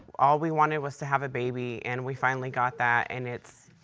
all we wanted was to have a baby, and we finally got that, and it's.